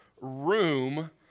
room